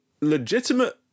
legitimate